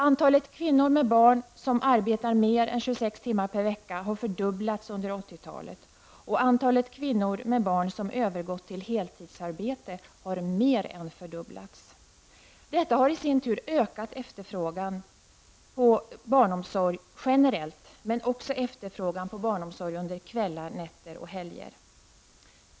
Antalet kvinnor med barn som arbetar mer än 26 timmar per vecka har fördubblats under 80-talet. Antalet kvinnor med barn som övergått till heltidsarbete har mer än fördubblats. Detta har i sin tur ökat efterfrågan på barnomsorg generellt men också efterfrågan på barnomsorg under kvällar, nätter och helger.